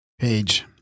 page